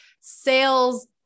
sales